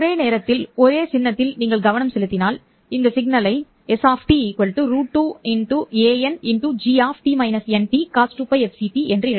ஒரு நேரத்தில் ஒரே சின்னத்தில் நீங்கள் கவனம் செலுத்தினால் சமிக்ஞையை s√2angt - nT Cos 2π fct என்று எழுதலாம்